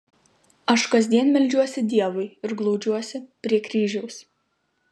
aš kasdien meldžiuosi dievui ir glaudžiuosi prie kryžiaus